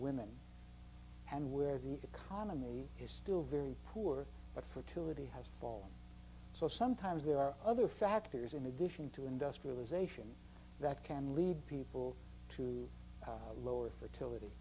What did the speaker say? women and where the economy is still very poor but fertility has fall so sometimes there are other factors in addition to industrialization that can lead people to lower fertility